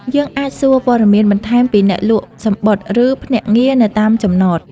យើងអាចសួរព័ត៌មានបន្ថែមពីអ្នកលក់សំបុត្រ ឬភ្នាក់ងារនៅតាមចំណត។